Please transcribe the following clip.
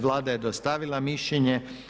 Vlada je dostavila mišljenje.